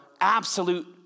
absolute